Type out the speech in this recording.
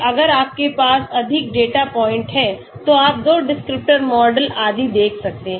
अगर आपके पास अधिक डेटा पॉइंट हैं तो आप 2 डिस्क्रिप्टर मॉडल आदि देख सकते हैं